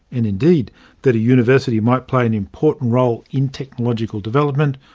and indeed that a university might play an important role in technological development,